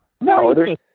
No